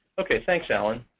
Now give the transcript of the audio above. ok. thanks, alan.